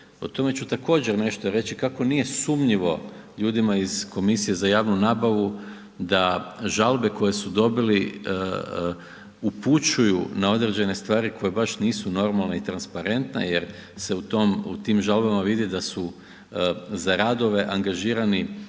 o tome ću također nešto reći kako nije sumnjivo ljudima iz komisije za javnu nabavu da žalbe koje su dobili upućuju na određene stvari koje baš nisu normalne i transparentne jer se u tim žalbama vidi da su za radove angažirani